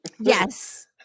yes